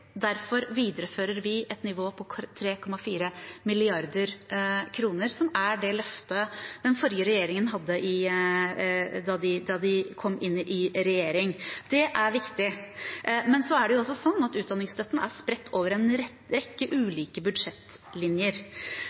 Derfor viderefører vi et nivå på 3,4 mrd. kr, som er det løftet den forrige regjeringen hadde da de kom inn i regjering. Det er viktig. Men det er også sånn at utdanningsstøtten er spredt over en rekke ulike budsjettlinjer.